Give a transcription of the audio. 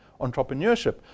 entrepreneurship